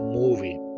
movie